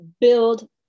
build